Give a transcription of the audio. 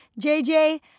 jj